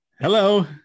hello